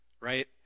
right